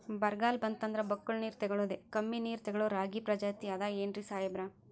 ಬರ್ಗಾಲ್ ಬಂತಂದ್ರ ಬಕ್ಕುಳ ನೀರ್ ತೆಗಳೋದೆ, ಕಮ್ಮಿ ನೀರ್ ತೆಗಳೋ ರಾಗಿ ಪ್ರಜಾತಿ ಆದ್ ಏನ್ರಿ ಸಾಹೇಬ್ರ?